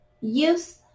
use